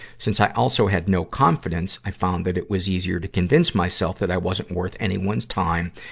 since i also had no confidence, i found that it was easier to convince myself that i wasn't worth anyone's time,